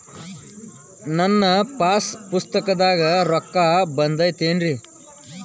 ನನ್ನ ಪಾಸ್ ಪುಸ್ತಕದಾಗ ರೊಕ್ಕ ಬಿದ್ದೈತೇನ್ರಿ?